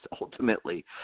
ultimately